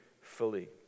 fully